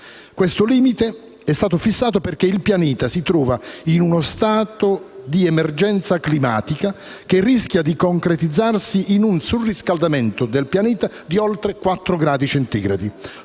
Questo limite è stato fissato perché il pianeta si trova in uno *status* di emergenza climatica che rischia di concretizzarsi in un suo surriscaldamento di oltre 4 gradi centigradi,